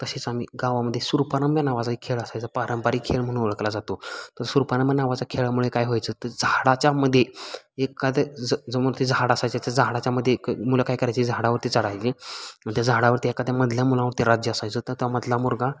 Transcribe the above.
तसेच आम्ही गावामध्ये सुरपारंब्या नावाचा एक खेळ असायचा पारंपरिक खेळ म्हणून ओळखला जातो तर सुरपारंब्या नावाचा खेळामुळे काय व्हायचं तर झाडाच्यामध्ये एखाद्या ज जमून ते झाड असायचे त्या झाडाच्यामध्ये मुलं काय करायची झाडावरती चढायची त्या झाडावरती एखाद्या मधल्या मुलांवर ते राज्य असायचं तर त्या मधला मुलगा